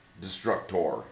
Destructor